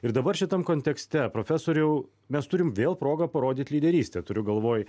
ir dabar šitam kontekste profesoriau mes turim vėl progą parodyt lyderystę turiu galvoj